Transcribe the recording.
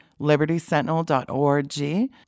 LibertySentinel.org